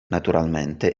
naturalmente